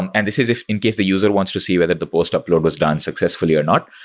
and and this is if in case the user wants to see whether the post upload was done successfully or not,